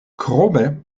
krome